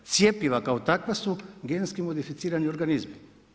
Cjepiva kao takva su genetski modificirani organizmi.